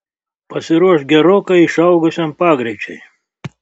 pasiruošk gerokai išaugusiam pagreičiui